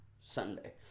Sunday